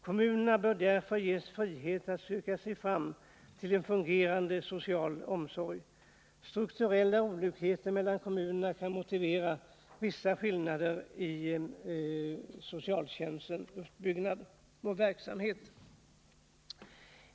Kommunerna bör därför ges frihet att söka sig fram till en fungerande social omsorg. Strukturella olikheter mellan kommunerna kan motivera vissa skillnader i socialtjänstens uppbyggnad och verksamhet.